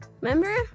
Remember